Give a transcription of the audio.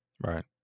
Right